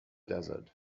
desert